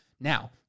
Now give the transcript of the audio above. Now